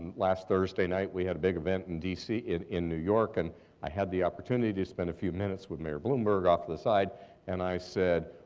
last thursday night we had a big event and in in new york and i had the opportunity to spend a few minutes with mayor bloomberg off to the side and i said,